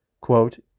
Quote